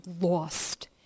lost